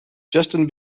justin